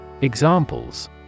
Examples